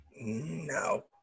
No